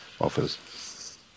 offers